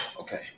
Okay